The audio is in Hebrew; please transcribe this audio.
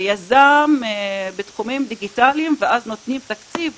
ביזם בתחומים דיגיטליים ואז נותנים תקציב,